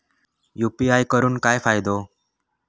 UPI करून काय फायदो?